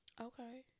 Okay